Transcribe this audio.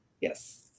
Yes